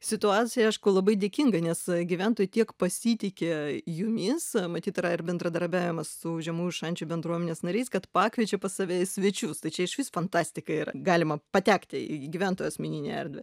situacija aišku labai dėkinga nes gyventojai tiek pasitiki jumis matyt yra ir bendradarbiavimas su žemųjų šančių bendruomenės nariais kad pakviečia pas save į svečius tai čia išvis fantastika yra galima patekti į gyventojų asmeninę erdvę